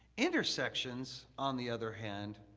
intersections, on the other hand,